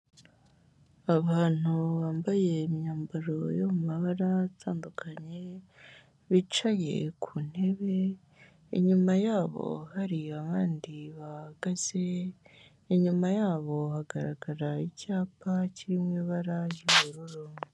Abantu bambaye imyambaro yo mu mabara atandukanye, bicaye ku ntebe inyuma yabo hari abandi bahagaze, inyuma yabo hagaragara icyapa kiri mu ibara ry'ubururu.